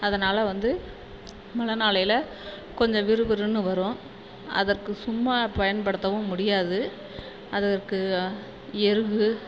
அதனாலே வந்து மழை நாளையில் கொஞ்சம் விறுவிறுன்னு வரும் அதற்கு சும்மா பயன்படுத்தவும் முடியாது அதற்கு எரு